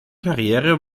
karriere